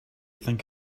think